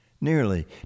nearly